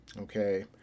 Okay